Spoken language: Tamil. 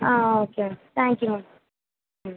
ah okay ma'am thank you ma'am ம்